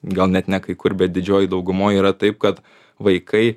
gal net ne kai kur bet didžioji daugumoj yra taip kad vaikai